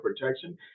protection